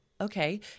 Okay